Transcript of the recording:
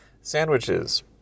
sandwiches